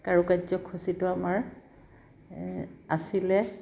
কাৰুকাৰ্য খচিত আমাৰ আছিলে